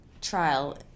trial